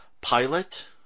pilot